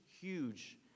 huge